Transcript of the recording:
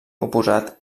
oposat